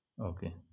Okay